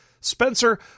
Spencer